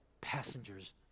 passengers